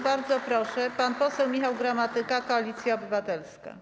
Bardzo proszę, pan poseł Michał Gramatyka, Koalicja Obywatelska.